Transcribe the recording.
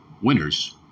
winners